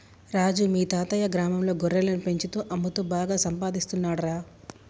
రాజు మీ తాతయ్యా గ్రామంలో గొర్రెలను పెంచుతూ అమ్ముతూ బాగా సంపాదిస్తున్నాడురా